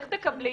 איך תקבלי?